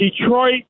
Detroit